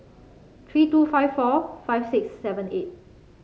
three two five four five six seven eight